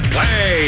Play